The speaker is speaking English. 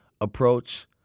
approach